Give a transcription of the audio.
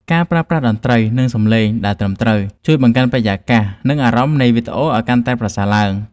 ការប្រើប្រាស់តន្ត្រី និងសំឡេង ដែលត្រឹមត្រូវ ជួយបង្កើនបរិយាកាស និងអារម្មណ៍នៃវីដេអូឱ្យកាន់តែប្រសើរ។